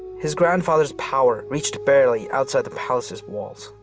his grandfather's power reached barely outside the palace's walls.